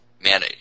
Man